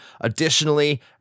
Additionally